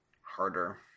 Harder